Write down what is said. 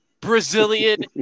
Brazilian